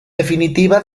definitiva